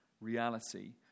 reality